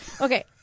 Okay